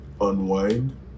unwind